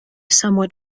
somewhat